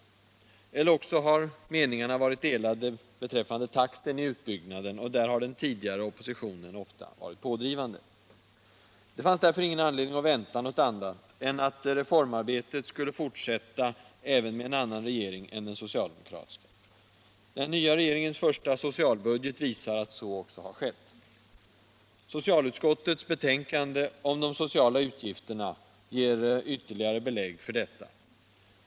Eller också har meningarna varit delade beträffande takten i utbyggnaden. Där har den tidigare oppositionen ofta varit pådrivande. Det fanns därför ingen anledning att vänta något annat än att reformarbetet skulle fortsätta även med en annan regering än den socialdemokratiska. Den nya regeringens första socialbudget visar att så också har skett. Socialutskottets betänkande om de sociala utgifterna ger ytterligare belägg för detta.